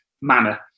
manner